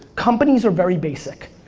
companies are very basic.